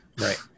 Right